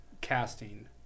casting